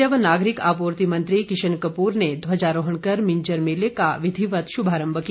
खाद्य व नागरिक आपूर्ति मंत्री किशन कपूर र्ने ध्वजारोहण कर मिंजर मेले का विधिवत शुभारम्भ किया